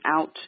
out